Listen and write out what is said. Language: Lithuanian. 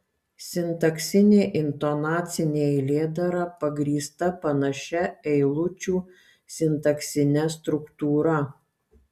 sintaksinė intonacinė eilėdara pagrįsta panašia eilučių sintaksine struktūra